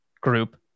Group